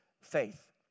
faith